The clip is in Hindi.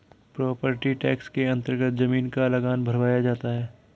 प्रोपर्टी टैक्स के अन्तर्गत जमीन का लगान भरवाया जाता है